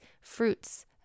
fruits